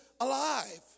alive